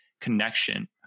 connection